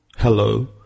Hello